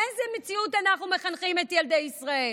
לאיזו מציאות אנחנו מחנכים את ילדי ישראל,